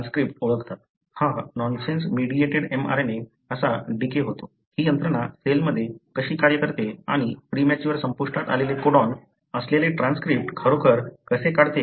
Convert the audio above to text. हा nonsense mediated mRNA कसा decay होतो ही यंत्रणा सेलमध्ये कशी कार्य करते आणि प्रीमॅच्युअर संपुष्टात आलेले कोडॉन असलेले ट्रान्सक्रिप्ट खरोखर कसे काढते ते पाहू या